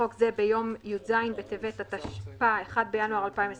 לחוק זה ביום י"ז בטבת התשפ"א (1 בינואר 2021),